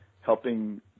helping